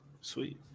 Sweet